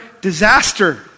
disaster